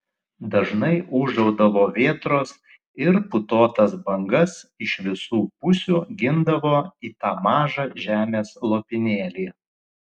dažnai ūžaudavo vėtros ir putotas bangas iš visų pusių gindavo į tą mažą žemės lopinėlį